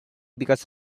because